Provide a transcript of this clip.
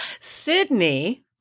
Sydney